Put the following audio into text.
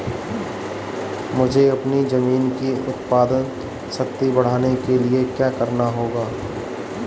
मुझे अपनी ज़मीन की उत्पादन शक्ति बढ़ाने के लिए क्या करना होगा?